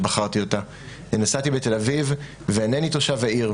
נסעתי בתל אביב ואינני תושב העיר,